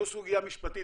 זו סוגיה משפטית,